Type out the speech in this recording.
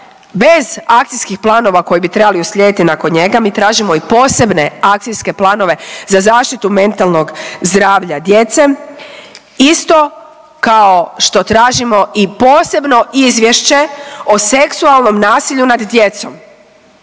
bez akcijskih planova koji bi trebali uslijediti nakon njega, mi tražimo i posebne akcijske planove za zaštitu mentalnog zdravlja djece, isto kao što tražimo i posebno izvješće o seksualnom nasilju nad djecom,